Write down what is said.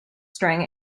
string